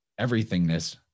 everythingness